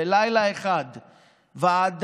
בלילה אחד ועדה,